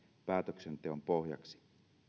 päätöksenteon pohjaksi